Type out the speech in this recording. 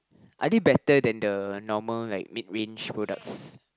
are they better than the normal like mid range products